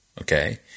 Okay